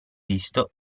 visto